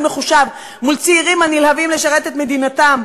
מחושב מול צעירים הנלהבים לשרת את מדינתם,